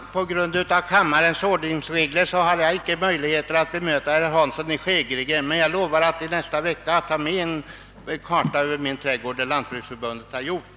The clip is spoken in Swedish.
Herr talman! På grund av kammarens ordningsregler har jag icke möjlighet att bemöta herr Hansson i Skegrie, men jag lovar att i nästa vecka ta med en kartskiss över min trädgård som Lantbruksförbundet har gjort.